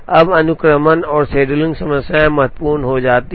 अब अनुक्रमण और शेड्यूलिंग समस्याएं महत्वपूर्ण हो जाती हैं